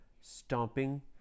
stomping